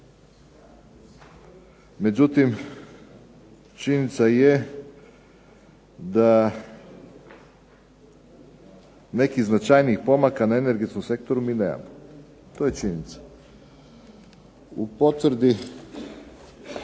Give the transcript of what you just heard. međutim činjenica je da nekih značajnijih pomaka na energetskom sektoru mi nemamo. To je činjenica. Kao potvrda